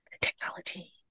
technology